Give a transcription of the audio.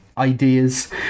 Ideas